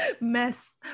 Mess